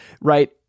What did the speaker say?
right